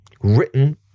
written